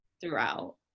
throughout